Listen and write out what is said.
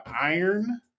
iron